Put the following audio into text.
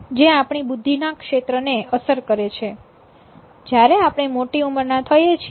જે આપણી બુદ્ધિ ના ક્ષેત્રને અસર કરે છે જયારે આપણે મોટી ઉંમર ના થઈએ છીએ